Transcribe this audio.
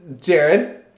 Jared